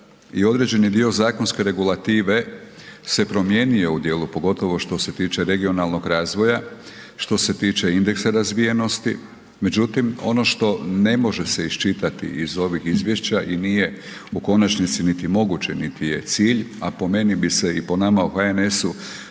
i određeni dio zakonske regulative se promijenio u dijelu, pogotovo što se tiče regionalnog razvoja, što se tiče indeksa razvijenosti, međutim, ono što ne može se isčitati iz ovih izvješća i nije u konačnici niti moguće, niti je cilj, a po meni bi se i po nama u HNS-u